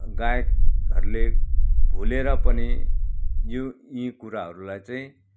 गायकहरूले भुलेर पनि यो यी कुराहरूलाई चाहिँ